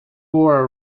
wore